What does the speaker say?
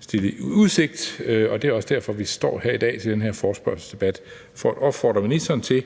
stillet i udsigt. Det er også derfor, vi står her i dag i den her forespørgselsdebat, nemlig for at opfordre ministeren til